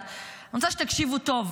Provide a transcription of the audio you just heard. אני רוצה שתקשיבו טוב,